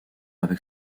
avec